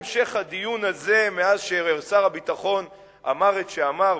כל המשך הדיון הזה מאז אמר שר הביטחון את שאמר,